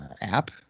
app